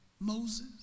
Moses